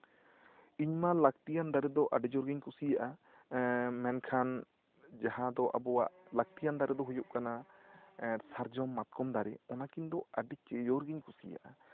ᱤᱧ ᱢᱟ ᱞᱟᱹᱠᱛᱤᱭᱟᱱ ᱫᱟᱨᱮ ᱫᱚ ᱟᱹᱰᱤ ᱡᱳᱨ ᱜᱤᱧ ᱠᱩᱥᱤᱭᱟᱜᱼᱟ ᱮᱜ ᱢᱮᱱᱠᱷᱟᱱ ᱡᱟᱦᱟᱸ ᱫᱚ ᱟᱵᱚᱣᱟᱜ ᱞᱟᱹᱠᱛᱤᱭᱟᱱ ᱫᱟᱨᱮ ᱫᱚ ᱦᱩᱭᱩᱜ ᱠᱟᱱᱟ ᱥᱟᱨᱡᱚᱢ ᱢᱟᱛᱠᱚᱢ ᱫᱟᱨᱮ ᱚᱱᱟ ᱠᱤᱱ ᱫᱚ ᱟᱹᱰᱤ ᱡᱳᱨ ᱜᱤᱧ ᱠᱩᱥᱤᱭᱟᱜᱼᱟ